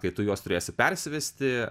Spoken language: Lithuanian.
kai tu juos turėsi persivesti